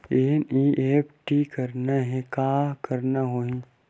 NEFT करना हे का करना होही?